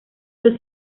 los